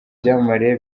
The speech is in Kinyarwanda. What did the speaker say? byamamare